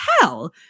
hell